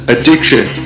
Addiction